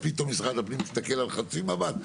אז פתאום משרד הפנים מסתכל על חצי מבט,